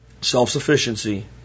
self-sufficiency